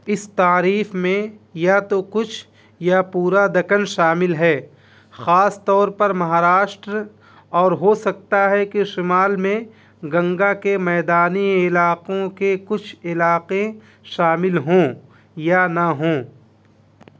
اس تعریف میں یا تو کچھ یا پورا دکن شامل ہے خاص طور پر مہاراشٹر اور ہو سکتا ہے کہ شمال میں گنگا کے میدانی علاقوں کے کچھ علاقے شامل ہوں یا نہ ہوں